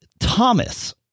Thomas